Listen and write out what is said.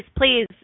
please